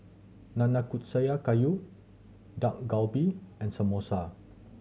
Nanakusa gayu Dak Galbi and Samosa